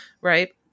right